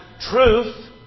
truth